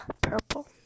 purple